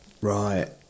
right